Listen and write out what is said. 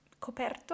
Coperto